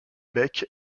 beck